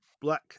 Black